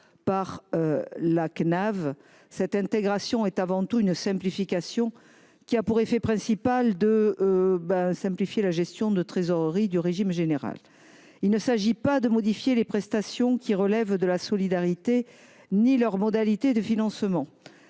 par cette dernière. Une telle intégration a pour effet principal de simplifier la gestion de trésorerie du régime général. Il ne s’agit pas de modifier les prestations qui relèvent de la solidarité ni leurs modalités de financement.